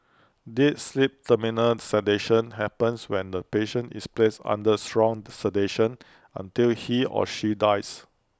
deep sleep terminal sedation happens when the patient is placed under strong sedation until he or she dies